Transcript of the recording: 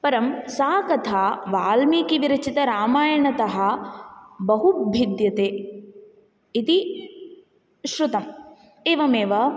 परं सा कथा वाल्मिकिविरचितरामायणतः बहु भिद्यते इति श्रुतम् एवमेव